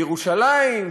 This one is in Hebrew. בירושלים,